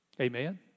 Amen